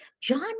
John